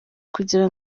kugira